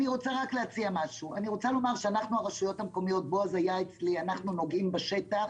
רוצה לומר שאנחנו ברשויות המקומיות בועז היה אצלי נוגעים בשטח